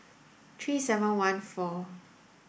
three seven one four